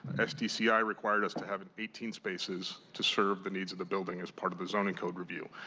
sdc i required us to have and eighteen spaces to serve the needs of the building as part of the zoning code review.